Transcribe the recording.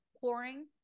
pouring